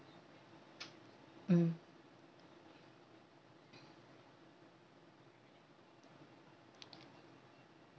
mm